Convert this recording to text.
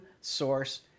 source